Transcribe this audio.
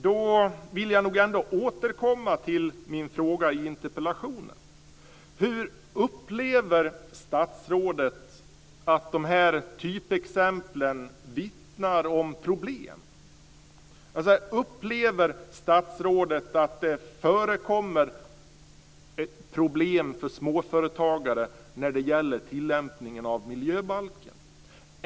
Nu vill jag återkomma till min fråga i interpellationen. Hur upplever statsrådet att dessa typexempel vittnar om problem? Upplever statsrådet att det förekommer problem för småföretagare när det gäller tillämpningen av miljöbalken?